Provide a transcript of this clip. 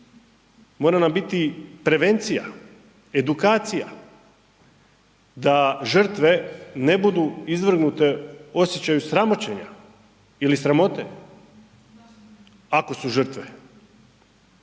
mora nam biti prevencija, edukacija, da žrtve ne budu izvrgnute osjećaju sramoćenja ili sramote ako su žrtve,